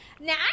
Now